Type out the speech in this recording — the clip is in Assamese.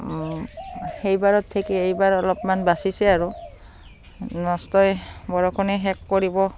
সেইবাৰত ঠিকি এইবাৰ অলপমান বাচিছে আৰু নষ্টই বৰষুণে শেষ কৰিব